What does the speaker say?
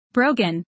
Brogan